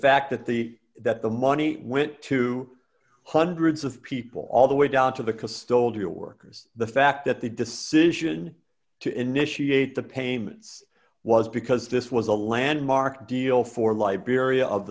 fact that the that the money went to hundreds of people all the way down to the custodial workers the fact that the decision to initiate the payments was because this was a landmark deal for liberia of